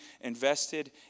invested